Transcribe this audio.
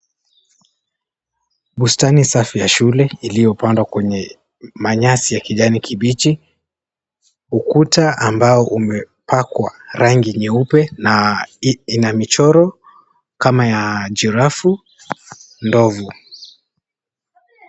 Bustani safi ya shule iliyopandwa kwenye manyasi ya kijani kibichi, ukuta ambao umepakwa rangi nyeupe na 𝑖na michoro kama ya twiga na ndovu.